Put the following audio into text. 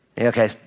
Okay